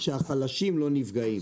החלשים לא נפגעים.